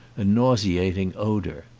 a nauseating odour.